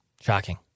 Shocking